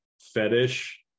fetish